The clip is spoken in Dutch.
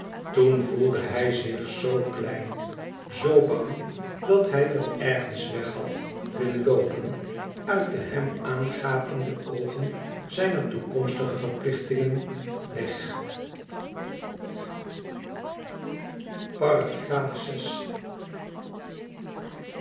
toen voelde hij zich zoo klein zoo bang dat hij wel ergens weg had willen loopen uit de hem aangapende oogen zijner toekomstige verplichtingen weg